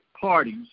parties